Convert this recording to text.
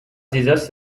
jesus